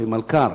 היא מלכ"ר,